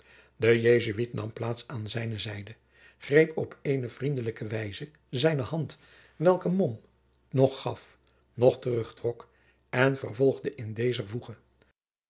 de jesuit nam plaats aan zijne zijde greep op eene vriendelijke wijze zijne hand welke mom noch gaf noch terugtrok en vervolgde in dezer voege